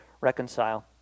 reconcile